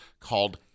called